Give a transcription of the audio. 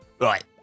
Right